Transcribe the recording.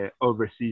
overseas